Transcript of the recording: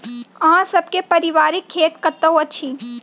अहाँ सब के पारिवारिक खेत कतौ अछि?